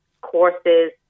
courses